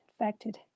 infected